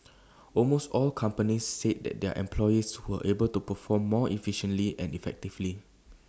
almost all companies said that their employees were able to perform more efficiently and effectively